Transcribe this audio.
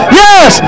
yes